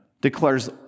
declares